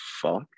fuck